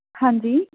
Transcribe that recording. ਹਾਂਜੀ